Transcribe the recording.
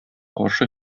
каршы